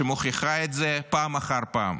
שמוכיחה את זה פעם אחר פעם.